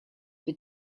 for